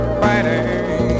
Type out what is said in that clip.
fighting